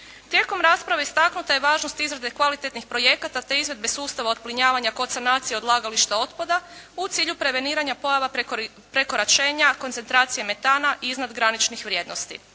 Tijekom rasprave istaknuta je važnost izrade kvalitetnih projekata te izvedbe sustava odplinjavanja kod sanacije odlagališta otpada u cilju preveniranja pojava prekoračenja koncentracije metana iznad graničnih vrijednosti.